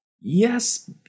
yes